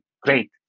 great